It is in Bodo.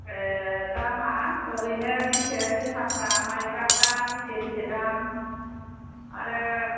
ए दामआ ओरैनो बेसे जोसा माइब्राफ्रा बेसे बेसे दाम आरो